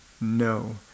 No